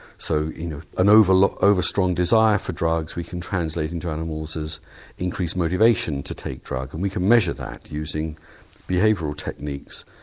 so you know an over-strong over-strong desire for drugs we can translate into animals as increased motivation to take drugs and we can measure that using behavioural techniques.